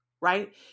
right